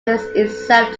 itself